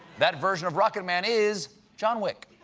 that version of rocketman is john wick.